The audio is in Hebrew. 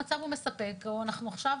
האם המצב הוא מספק או אנחנו עכשיו